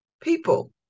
people